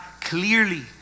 clearly